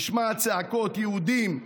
"נשמעות צעקות יהודים.